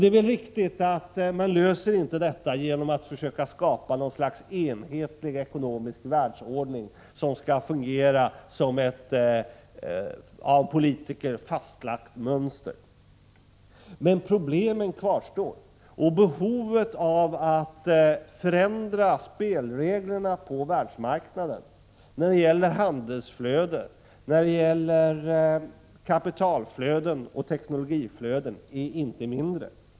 Det är väl riktigt att man inte löser dessa problem genom att försöka skapa något slags enhetlig ekonomisk världsordning, som skall fungera efter ett av politiker fastlagt mönster. Men problemen kvarstår, och behovet av att förändra spelreglerna på världsmarknaden när det gäller handelsflöden, kapitalflöden och teknologiflöden är inte mindre.